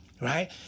Right